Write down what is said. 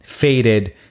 faded